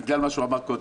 בגלל מה שהוא אמר קודם,